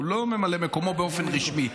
הוא לא ממלא מקומו באופן רשמי.